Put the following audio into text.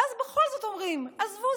ואז בכל זאת אומרים: עזבו,